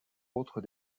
autres